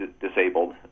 disabled